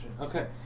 Okay